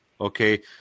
Okay